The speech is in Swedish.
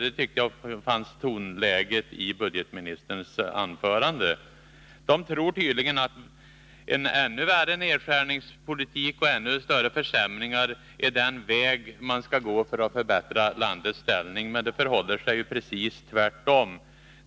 Jag tycker att man kan utläsa detta av tonläget i budgetministerns anförande. De tror tydligen att en ännu värre nedskärningspolitik och ännu större försämringar är den väg man skall gå för att förbättra landets ställning. Men det förhåller sig ju precis tvärtom.